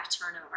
turnover